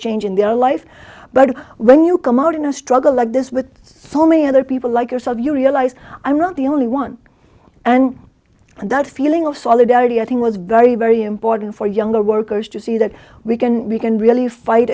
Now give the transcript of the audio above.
change in their life but when you come out in a struggle like this with so many other people like yourself you realize i'm not the only one and that feeling of solidarity i think was very very important for younger workers to see that we can we can really fight